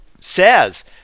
says